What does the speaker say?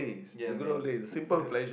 ya man